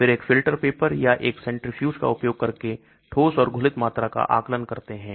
फिर एक filter paper या एक centrifuge का उपयोग करके ठोस और घुलित मात्रा का आकलन करते हैं